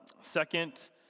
Second